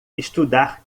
estudar